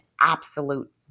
absolute